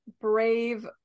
brave